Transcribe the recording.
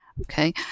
Okay